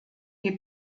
die